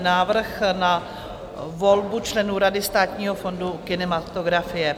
Návrh na volbu členů Rady Státního fondu kinematografie